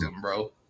bro